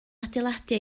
adeiladu